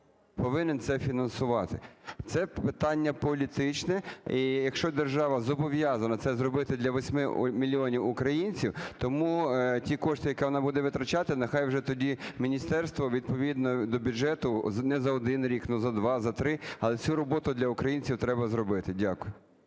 повинен це фінансувати? Це питання політичне, і якщо держава зобов'язана це зробити для восьми мільйонів українців, тому ті кошти, які вона буде витрачати, нехай вже тоді міністерство відповідно до бюджету не за один рік, но за два, за три, але цю роботу для українців треба зробити. Дякую.